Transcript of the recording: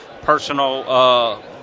personal